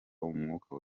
umwuka